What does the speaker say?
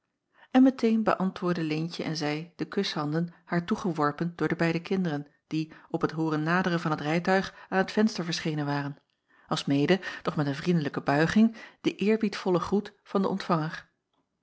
n meteen beäntwoordden eentje en zij de kushanden haar toegeworpen door de beide kinderen die op het hooren naderen van t rijtuig aan t venster verschenen waren alsmede doch met een vriendelijke buiging den eerbiedvollen groet van den ntvanger